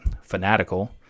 Fanatical